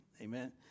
Amen